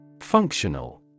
Functional